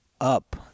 up